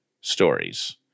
stories